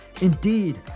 Indeed